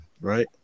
Right